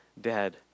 dead